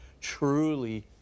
truly